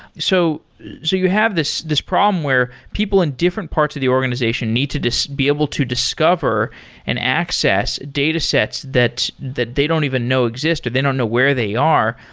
so so you have this this problem where people in different parts of the organization need to just be able to discover and access datasets that that they don't even know exist or they don't know where they are.